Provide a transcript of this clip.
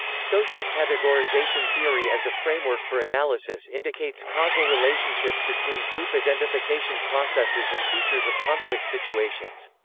social categorization theory as a framework for analysis indicates causal relationships between group identification processes and features of conflict situations.